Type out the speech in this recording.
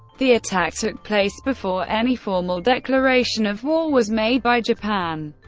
the attack took place before any formal declaration of war was made by japan,